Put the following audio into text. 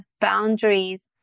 boundaries